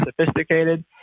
sophisticated